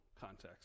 context